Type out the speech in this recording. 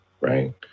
right